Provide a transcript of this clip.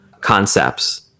concepts